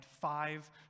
five